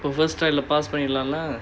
oh first try lah pass பண்ணிடலாம்ல:pannidalaamla